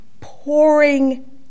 pouring